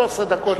13 דקות.